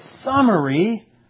summary